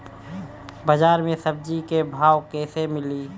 बाजार मे सब्जी क भाव कैसे मिली?